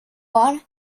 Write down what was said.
one